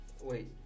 Wait